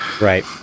Right